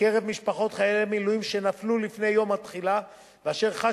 בקרב משפחות חיילי מילואים שנפלו לפני יום התחילה וחשו